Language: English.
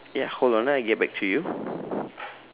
ya hold on ah I get back to you